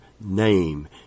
name